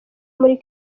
muri